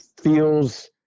feels